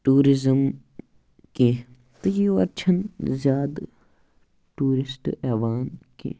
tourism کیٚنہہ تہٕ یور چھِنہٕ زیادٕ ٹوٗرِسٹ یِوان کیٚنہہ